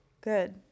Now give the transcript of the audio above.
good